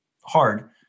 hard